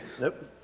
Nope